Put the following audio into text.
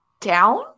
down